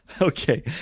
Okay